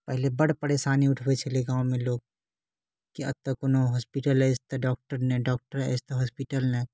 पहिले बड्ड परेशानी उठबै छलै गाँवमे लोग कि एतऽ कोनो हॉस्पिटल अछि तऽ डॉक्टर नहि डॉक्टर अछि तऽ हॉस्पिटल नहि